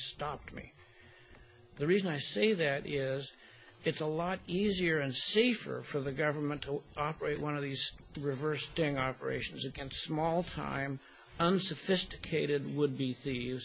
stopped me the reason i say that yes it's a lot easier and safer for the government to operate one of these reverse sting operations against small time unsophisticated would be th